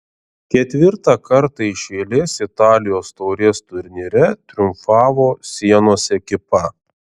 ketvirtą kartą iš eilės italijos taurės turnyre triumfavo sienos ekipa